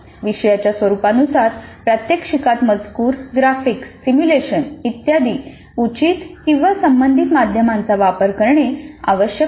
विषयाच्या स्वरुपानुसार प्रात्यक्षिकात मजकूर ग्राफिक्स सिम्युलेशन इत्यादी उचित संबंधित माध्यमांचा वापर करणे आवश्यक आहे